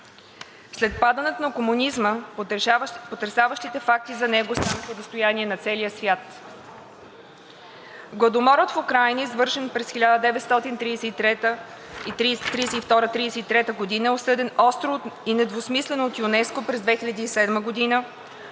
След падането на комунизма потресаващите факти за него станаха и достояние и на целия свят. Гладомора в Украйна, извършен през 1932 – 1933 г., е осъден остро и недвусмислено от ЮНЕСКО през 2007 г.,